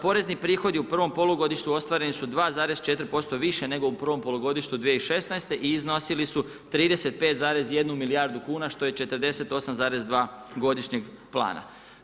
Porezni prihodi u prvom polugodištu ostvareni su 2,4% više nego u prvom polugodištu 2016. i iznosili su 35,1 milijardu kuna što je 48,2 godišnjeg plana.